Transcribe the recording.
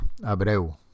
Abreu